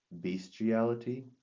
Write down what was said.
bestiality